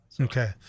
Okay